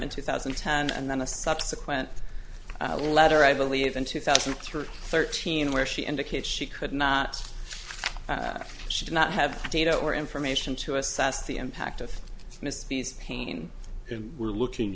in two thousand and ten and then a subsequent letter i believe in two thousand through thirteen where she indicated she could not she did not have data or information to assess the impact of its misdeeds pain and we're looking